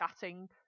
chatting